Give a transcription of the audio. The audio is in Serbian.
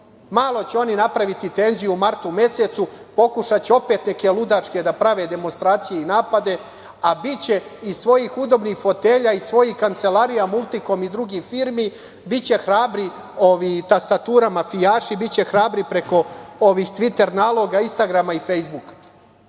Malo će oni napraviti tenziju u martu mesecu, pokušaće opet neke ludačke da prave demonstracije i napade, a biće iz svojih udobnih fotelja i svojih kancelarija „Multikom“ i drugih firmi, biće hrabri ovi tastatura mafijaši, biće hrabri preko ovih Tviter naloga, Instagrama i Fejsbuka. Pa,